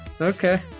Okay